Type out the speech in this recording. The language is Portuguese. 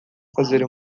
fazer